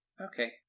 Okay